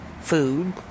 food